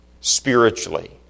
spiritually